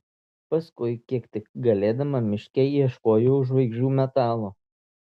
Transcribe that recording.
paskui kiek tik galėdama miške ieškojau žvaigždžių metalo